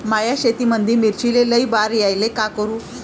माया शेतामंदी मिर्चीले लई बार यायले का करू?